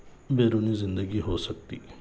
بیرونی زندگی ہو سکتی